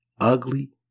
ugly